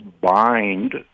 bind